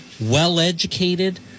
well-educated